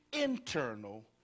internal